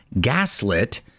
Gaslit